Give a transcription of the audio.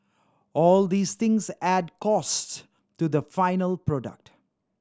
all these things add costs to the final product